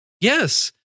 Yes